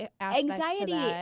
Anxiety